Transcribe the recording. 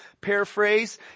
paraphrase